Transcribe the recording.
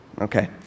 okay